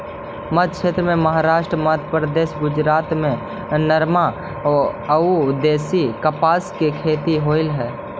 मध्मक्षेत्र में महाराष्ट्र, मध्यप्रदेश, गुजरात में नरमा अउ देशी कपास के खेती होवऽ हई